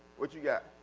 what you got?